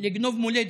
לגנוב מולדת,